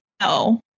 no